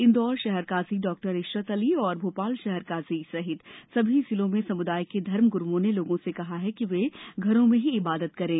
इंदौर शहर काजी डाक्टर इशरत अली और भोपाल शहर काजी सहित सभी जिलों में समुदाय के धर्मगुरूओं ने लोगों से कहा है कि वे घरों में ही इबादत करें